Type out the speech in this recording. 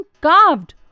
carved